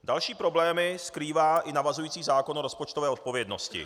Další problémy skrývá i navazující zákon o rozpočtové odpovědnosti.